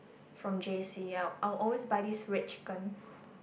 from J_C I I always buy this red chicken